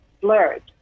blurred